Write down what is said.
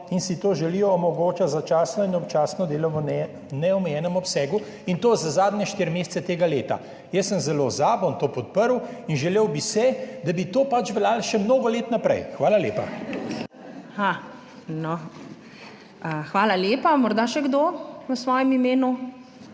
in si to želijo, omogoča začasno in občasno delo v neomejenem obsegu in to za zadnje štiri mesece tega leta. Jaz sem zelo za, bom to podprl in želel bi se, da bi to pač veljalo še mnogo let naprej. Hvala lepa. PREDSEDNICA MAG. URŠKA KLAKOČAR